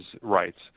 rights